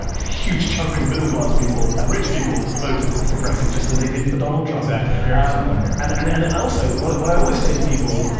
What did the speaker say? a huge chunk of middle-class people and rich people voted for brexit, just as they did for donald trump. exactly. very similar here, yeah. and and and also, what what i always say to people,